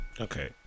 Okay